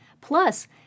plus